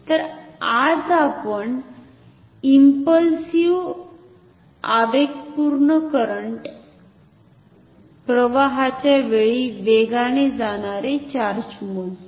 तर आज आपण ईमपल्सिव्हआवेगपूर्ण करंट प्रवाहाच्या वेळी वेगाने जाणारे चार्ज मोजू